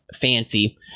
fancy